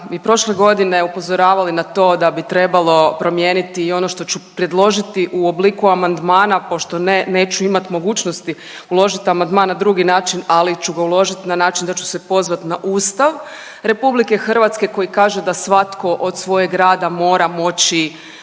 prošle godine upozoravali na to da bi trebalo promijeniti i ono što ću predložiti u obliku amandmana pošto neću imat mogućnosti uložit amandman na drugi način, ali ću ga uložiti na način da ću se pozvat na Ustav Republike Hrvatske koji kaže da svatko od svojeg rada mora moći